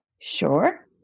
Sure